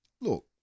Look